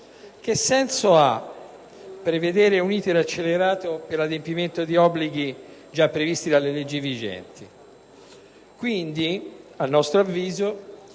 Che senso ha prevedere un *iter* accelerato per l'adempimento di obblighi già previsti dalla legge vigente?